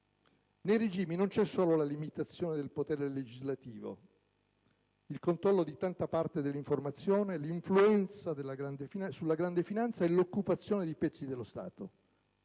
Nei regimi non c'è solo la limitazione del potere legislativo, il controllo di tanta parte dell'informazione, l'influenza sulla grande finanza e l'occupazione di pezzi dello Stato: